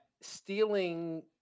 stealing